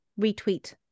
retweet